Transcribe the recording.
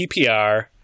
PPR